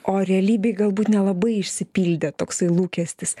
o realybėj galbūt nelabai išsipildė toksai lūkestis